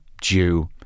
jew